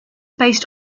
based